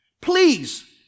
please